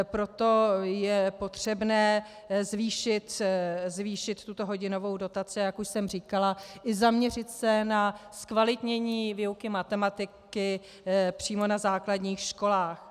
Proto je potřebné zvýšit tuto hodinovou dotaci, a jak už jsem říkala, i se zaměřit na zkvalitnění výuky matematiky přímo na základních školách.